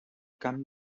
camp